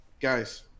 guys